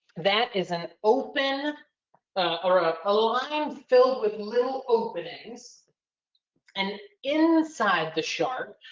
that is an open or a ah line filled with little openings and inside the shark,